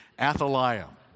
Athaliah